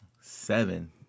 seven